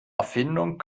erfindung